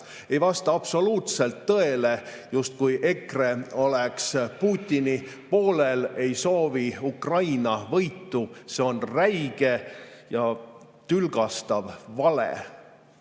Ei vasta absoluutselt tõele, justkui EKRE oleks Putini poolel ega sooviks Ukraina võitu. See on räige ja tülgastav vale!